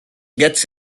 gets